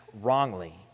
wrongly